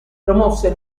promosse